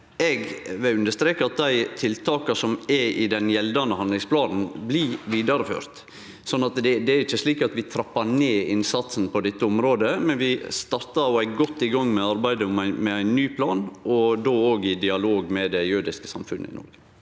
Eg vil understreke at dei tiltaka som er i den gjeldande handlingsplanen, blir vidareførte. Det er ikkje slik at vi trappar ned innsatsen på dette området, men vi startar og er godt i gang med arbeidet med ein ny plan, òg i dialog med det jødiske samfunnet i Noreg.